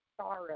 sorrow